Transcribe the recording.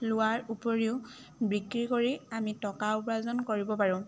লোৱাৰ উপৰিও বিক্ৰী কৰি আমি টকা উপাৰ্জন কৰিব পাৰোঁ